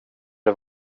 det